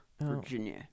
Virginia